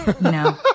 No